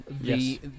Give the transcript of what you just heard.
Yes